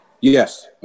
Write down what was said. Yes